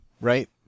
Right